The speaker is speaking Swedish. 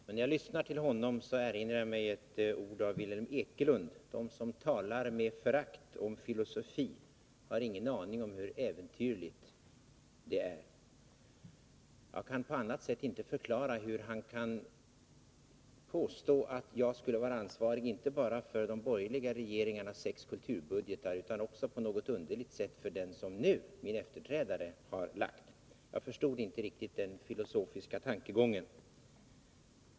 Men när jag lyssnar till honom i denna debatt erinrar jag mig några ord av Vilhelm Ekelund: ”De som talar med förakt om filosofi har ingen aning om hur äventyrligt det är.” På annat vis kan jag inte förklara hur Lars-Ingvar Sörenson kan påstå att jag skulle vara ansvarig inte bara för de borgerliga regeringarnas sex kulturbudgeter utan också på något underligt sätt för den kulturbudget som min efterträdare nu har lagt. Jag förstod inte riktigt den filosofiska tankegången.